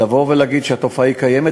לבוא ולהגיד שהתופעה קיימת?